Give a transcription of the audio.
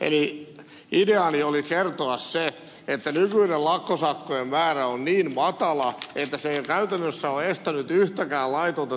eli ideani oli kertoa se että nykyinen lakkosakkojen määrä on niin matala että se ei käytännössä ole estänyt yhtäkään laitonta työtaistelua